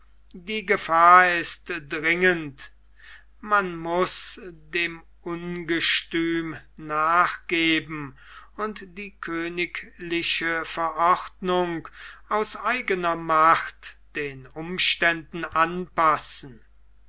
die gefahr ist dringend man muß dem ungestüm nachgeben und die königliche verordnung aus eigener macht den umständen anpassen